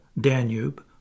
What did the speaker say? Danube